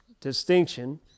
distinction